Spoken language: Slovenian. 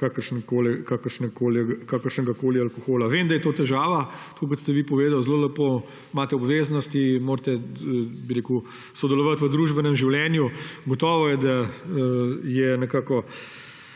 kakršnegakoli alkohola. Vem, da je to težava. Tako kot ste vi povedali zelo lepo, imate obveznosti, morate sodelovati v družbenem življenju. Gotovo je, da je nekako